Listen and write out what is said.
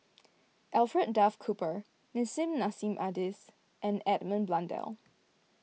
Alfred Duff Cooper Nissim Nassim Adis and Edmund Blundell